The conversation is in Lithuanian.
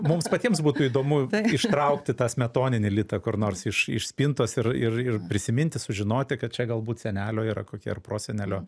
mums patiems būtų įdomu ištraukti tą smetoninį litą kur nors iš iš spintos ir ir ir prisiminti sužinoti kad čia galbūt senelio yra kokie ar prosenelio